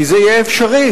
כי זה יהיה אפשרי,